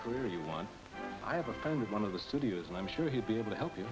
career if you want i have a friend of one of the studios and i'm sure he'd be able to help you